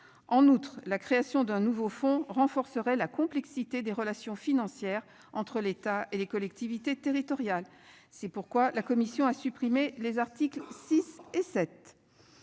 En outre, la création d'un nouveau fonds renforcerait la complexité des relations financières entre l'État et les collectivités territoriales. C'est pourquoi la commission a supprimé les articles 6 et 7.